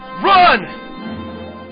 run